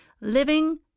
Living